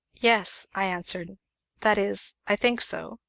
yes, i answered that is i think so.